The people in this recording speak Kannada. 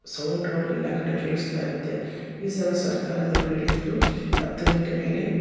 ಸೌಂಡ್ಗಳು ಎಲ್ಲ ಕಡೆ ಕೇಳಿಸ್ತಾಯಿರುತ್ತೆ ಈ ಸಲ ಸರ್ಕಾರದವರು ಹೇಳಿದರು ಹತ್ತು ಗಂಟೆ ಮೇಲೆ